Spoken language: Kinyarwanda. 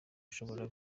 ushobora